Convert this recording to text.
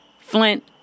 Flint